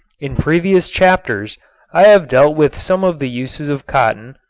in previous chapters i have dealt with some of the uses of cotton,